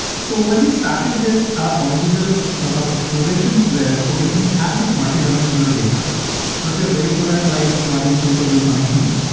so when we started this at ah original sort of explorations where, okay, we have this multidimensional data but we're very good at like joining two tables on a key,